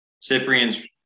Cyprian's